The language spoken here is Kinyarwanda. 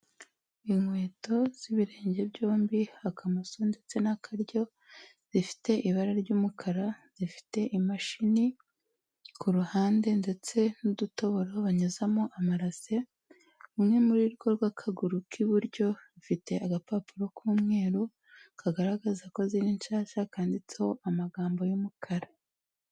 Inkweto z'ibirenge byombi akamoso ndetse n'akaryo, zifite ibara ry'umukara, zifite imashini ku ruhande ndetse n'udutoboro banyuzamo amarase. Rumwe muri rwo rw'akaguru k'iburyo rufite agapapuro k'umweru kagaragaza ko ziri nshyashya, kanditseho amagambo y'umukara.